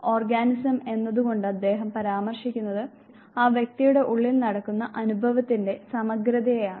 organism എന്നത് കൊണ്ട് അദ്ദേഹം പരാമർശിക്കുന്നത് ഒരു നിശ്ചിത നീക്കത്തിൽ ആ വ്യക്തിയുടെ ഉള്ളിൽ നടക്കുന്ന അനുഭവത്തിന്റെ സമഗ്രതയെയാണ്